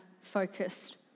focused